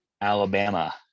Alabama